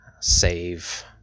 save